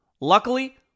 Luckily